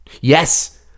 Yes